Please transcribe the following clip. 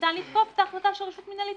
ניתן לתקוף את ההחלטה של רשות מינהלית